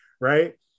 right